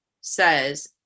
says